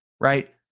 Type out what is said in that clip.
right